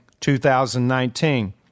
2019